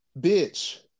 bitch